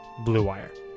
BlueWire